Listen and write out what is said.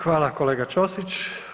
Hvala kolega Ćosić.